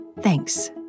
Thanks